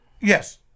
Yes